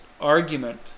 argument